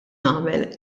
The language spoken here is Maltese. nagħmel